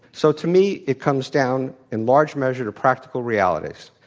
so, to me, it comes down, in large measure, to practical realities.